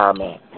Amen